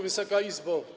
Wysoka Izbo!